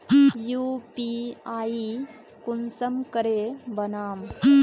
UPI कुंसम करे बनाम?